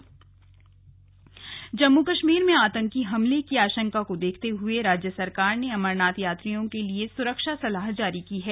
slug Amarnath यात्रा जम्मू कश्मीर में आतंकी हमले की आशंका को देखते हुए राज्य सरकार ने अमरनाथ यात्रियों के सुरक्षा सलाह जारी की है